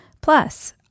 Plus